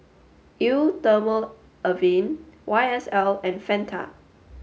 Eau Thermale Avene Y S L and Fanta